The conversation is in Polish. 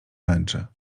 męczy